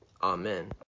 Amen